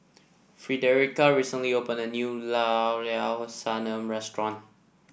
frederica recently opened a new Llao Llao Sanum restaurant